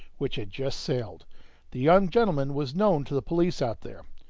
which had just sailed the young gentleman was known to the police out there.